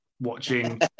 watching